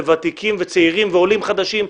ותיקים וצעירים ועולים חדשים,